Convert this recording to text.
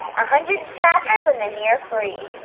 hundred smackers, and then you're free.